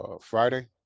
friday